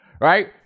right